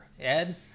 Ed